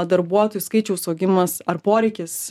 darbuotojų skaičiaus augimas ar poreikis